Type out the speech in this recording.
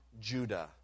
Judah